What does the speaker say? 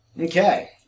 Okay